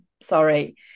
sorry